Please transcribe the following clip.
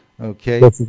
Okay